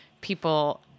people